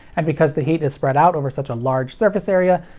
and because the heat is spread out over such a large surface area,